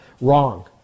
Wrong